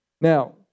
Now